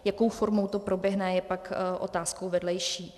Jakou formou to proběhne, je pak otázkou vedlejší.